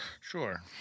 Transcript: Sure